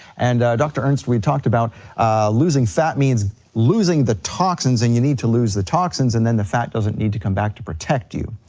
and dr. ernst, we talked about losing fat means losing the toxins, and you need to lose the toxins and then the fat doesn't need to come back to protect you.